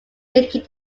linking